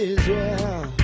Israel